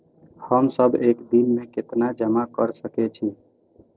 हम सब एक दिन में केतना जमा कर सके छी?